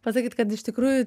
pasakyt kad iš tikrųjų